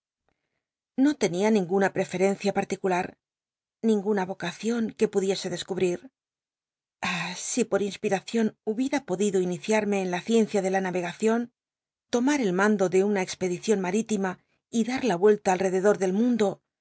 no tenia ninguna preferencia particular ninguna yocacion luc pudie e descubrir ah si pot inspitacion hubiera podido iniciarme en la ciencia de ja n l'egacion tomar el mando de una expedicion marítima y dar la vuelta al rededot del mundo